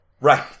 Right